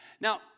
Now